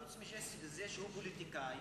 חוץ מזה שהוא פוליטיקאי,